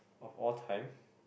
of all time